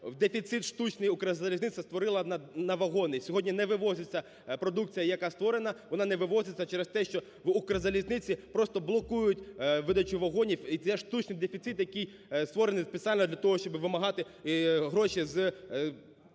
дефіцит штучний "Укрзалізниця" створила на вагони. Сьогодні не вивозиться продукція, яка створена, вона не вивозиться через те, що в "Укрзалізниці" просто блокують видачу вагонів і це штучний дефіцит, який створений спеціально для того, щоб вимагати гроші з